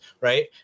Right